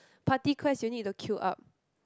party quest you need to queue up